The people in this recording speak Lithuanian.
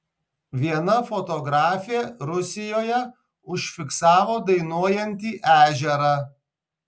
viena fotografė rusijoje užfiksavo dainuojantį ežerą